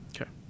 Okay